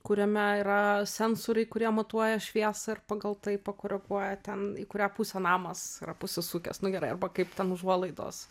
kuriame yra sensoriai kurie matuoja šviesą ir pagal tai pakoreguoja ten į kurią pusę namas yra pasisukęs nu gerai arba kaip ten užuolaidos